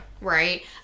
Right